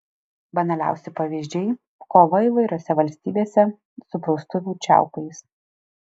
banaliausi pavyzdžiai kova įvairiose valstybėse su praustuvių čiaupais